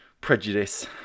prejudice